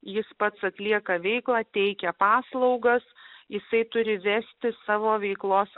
jis pats atlieka veiklą teikia paslaugas jisai turi vesti savo veiklos